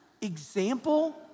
example